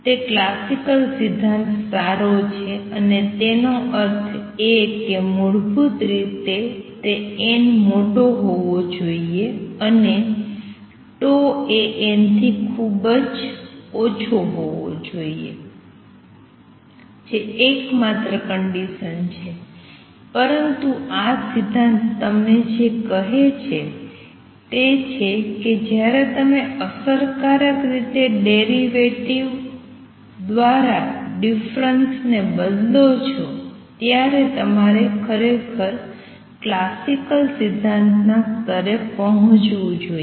તે ક્લાસિકલ સિદ્ધાંત સારો છે અને તેનો અર્થ એ કે મૂળભૂત રીતે તે n મોટો હોવો જોઈએ અને τ એ n થી ખુબજ ખુબજ ઓછો હોવો જોઈએ જે એકમાત્ર કંડિસન છે પરંતુ આ સિદ્ધાંત તમને જે કહે છે તે છે કે જ્યારે તમે અસરકારક રીતે ડેરિવેટિવ દ્વારા ડિફરન્સ ને બદલી શકો છો ત્યારે તમારે ખરેખર ક્લાસિકલ સિદ્ધાંત ના સ્તરે પહોંચવું જોઈએ